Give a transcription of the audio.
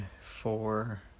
four